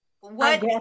What-